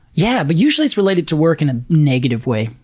yeah but usually it's related to work in a negative way,